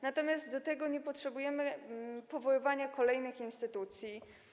Natomiast do tego nie potrzebujemy powoływania kolejnych instytucji.